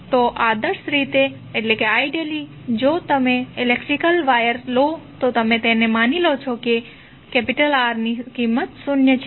તો આદર્શ રીતે જો તમે ઇલેક્ટ્રિકલ વાયર લો તો તમે માની લો છો કે R ની કિંમત શૂન્ય છે